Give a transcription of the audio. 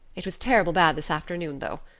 it was terrible bad this afternoon, though.